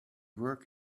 work